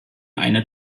eine